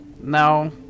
No